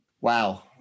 Wow